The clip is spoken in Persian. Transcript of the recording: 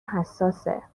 حساسه